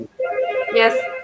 Yes